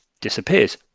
disappears